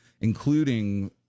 including